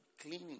Cleaning